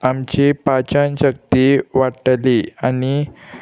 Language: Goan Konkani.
आमची पाचन शक्ती वाडटली आनी